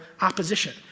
opposition